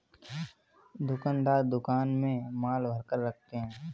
दुकानदार दुकान में माल भरकर रखते है